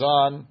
on